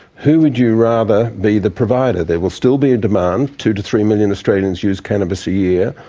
who would you rather be the provider? there will still be a demand two to three million australians use cannabis a year.